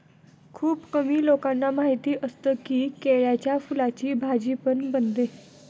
खुप कमी लोकांना माहिती असतं की, केळ्याच्या फुलाची भाजी पण बनते